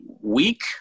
week